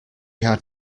had